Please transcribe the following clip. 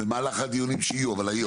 במהלך הדיונים שיהיו, אבל היום.